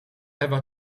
ever